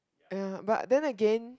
!aiya! but then again